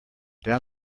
down